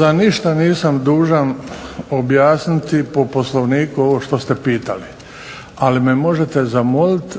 Ja ništa nisam dužan objasniti po Poslovniku ovo što ste pitali ali me možete zamoliti